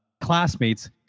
classmates